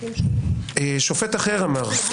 שופט אחר אמר,